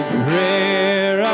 prayer